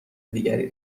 دیگری